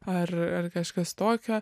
ar ar kažkas tokio